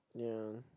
ya